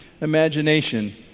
imagination